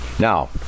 Now